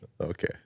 Okay